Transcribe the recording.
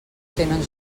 tenen